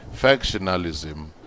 factionalism